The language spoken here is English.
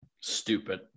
Stupid